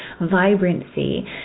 vibrancy